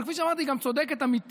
אבל כפי שאמרתי, היא גם צודקת אמיתית.